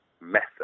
method